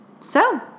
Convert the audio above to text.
So